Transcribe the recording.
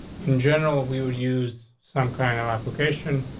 in general. we would use some kind of application,